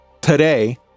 today